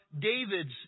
David's